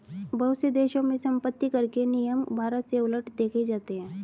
बहुत से देशों में सम्पत्तिकर के नियम भारत से उलट देखे जाते हैं